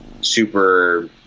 super